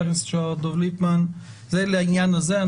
חבר הכנסת לשעבר דב ליפמן לעניין הזה.